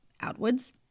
outwards